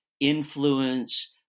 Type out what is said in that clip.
influence